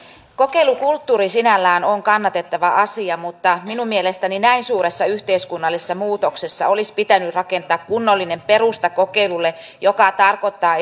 kokeilukulttuuri sinällään on kannatettava asia mutta minun mielestäni näin suuressa yhteiskunnallisessa muutoksessa olisi pitänyt rakentaa kunnollinen perusta kokeilulle mikä tarkoittaa